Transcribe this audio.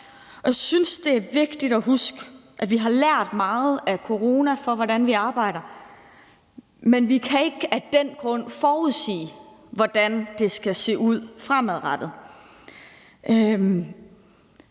jeg synes, det er vigtigt at huske på, at vi har lært meget af corona om, hvordan vi arbejder, men vi kan ikke af den grund forudsige, hvordan det skal se ud fremadrettet.